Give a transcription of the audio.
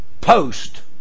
post